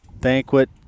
banquet